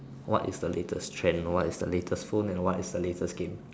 what is the latest trend what is the latest phone and what is the latest game